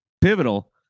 pivotal